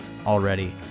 already